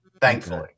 thankfully